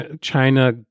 China